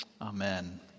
amen